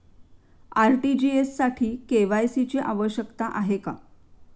RTGS साठी KYC ची आवश्यकता आहे का?